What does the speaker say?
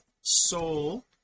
soul